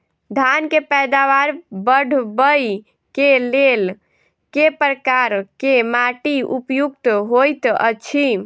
धान केँ पैदावार बढ़बई केँ लेल केँ प्रकार केँ माटि उपयुक्त होइत अछि?